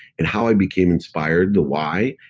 and how i became inspired, the why.